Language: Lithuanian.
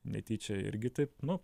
netyčia irgi taip nu